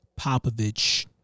Popovich